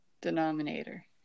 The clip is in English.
denominator